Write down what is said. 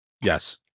Yes